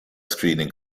screening